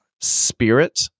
spirit